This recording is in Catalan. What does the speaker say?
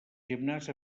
gimnàs